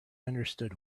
understood